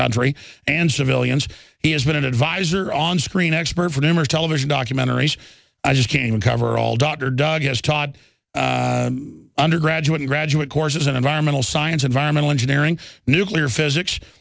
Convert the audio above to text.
tree and civilians he has been an advisor on screen expert for them or television documentaries i just can't cover all dr doug has taught undergraduate and graduate courses in environmental science environmental engineering nuclear physics